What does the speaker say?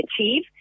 achieve